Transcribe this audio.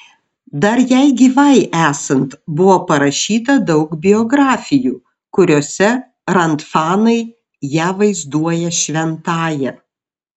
dar jai gyvai esant buvo parašyta daug biografijų kuriose rand fanai ją vaizduoja šventąja